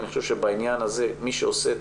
אני חושב שבעניין הזה מי שעושה את